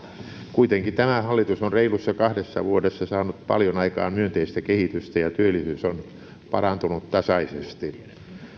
kuitenkin tämä hallitus on reilussa kahdessa vuodessa saanut paljon aikaan myönteistä kehitystä ja työllisyys on parantunut tasaisesti